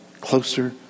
closer